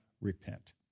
repent